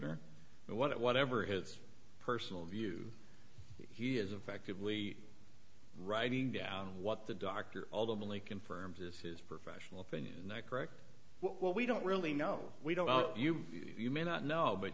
or what whatever his personal view he is effectively writing down what the doctor ultimately confirms is his professional opinion that correct what we don't really know we don't know you you may not know but